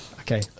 okay